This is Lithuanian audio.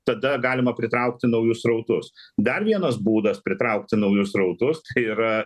tada galima pritraukti naujus srautus dar vienas būdas pritraukti naujus srautus yra